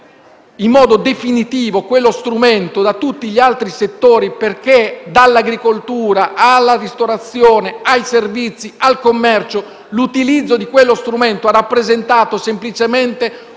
in modo definitivo quello strumento da tutti gli altri settori perché dall'agricoltura, alla ristorazione, ai servizi, al commercio il suo utilizzo ha rappresentato semplicemente un